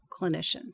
clinicians